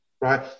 right